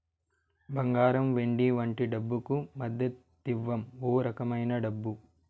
బంగారం వెండి వంటి డబ్బుకు మద్దతివ్వం ఓ రకమైన డబ్బు